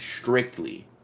strictly